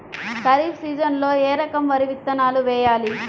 ఖరీఫ్ సీజన్లో ఏ రకం వరి విత్తనాలు వేయాలి?